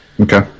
Okay